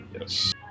yes